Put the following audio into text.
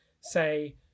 say